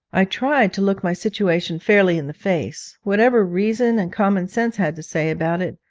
i tried to look my situation fairly in the face whatever reason and common sense had to say about it,